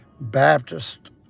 Baptist